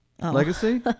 legacy